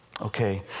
Okay